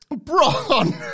Braun